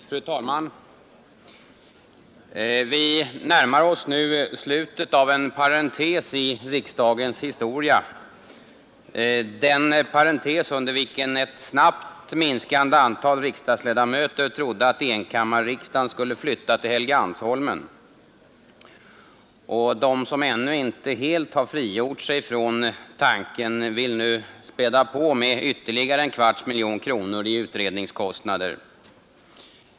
Fru talman! Vi närmar oss nu slutet av en parentes i riksdagens historia, den parentes under vilken ett snabbt minskande antal riksdagsledamöter trodde att enkammarriksdagen skulle flytta till Helgeandsholmen. De som ännu inte helt har frigjort sig från tanken vill nu späda på med ytterligare en kvarts miljon kronor i utredningskostnader.